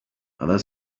other